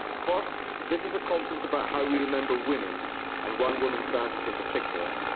first, this is a conference about how we remember women and one woman scientist in particular.